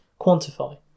quantify